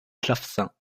clavecin